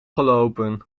gelopen